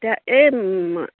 এতিয়া এই